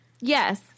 Yes